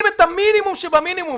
אם את המינימום שבמינימום,